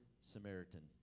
Samaritan